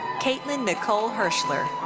caitlin nicole hirshchler.